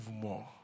more